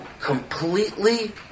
completely